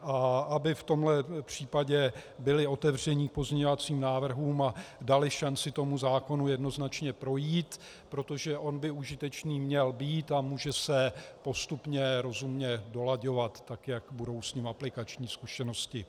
A aby v tomto případě byli otevření pozměňovacím návrhům a dali šanci tomu zákonu jednoznačně projít, protože on by užitečný měl být a může se postupně rozumně dolaďovat tak, jak s ním budou aplikační zkušenosti.